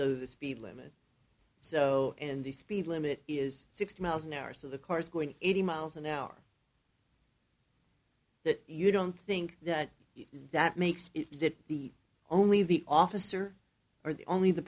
or the speed limit so and the speed limit is sixty miles an hour so the car is going eighty miles an hour that you don't think that that makes it the only the officer or the only the